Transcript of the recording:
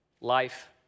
life